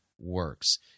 works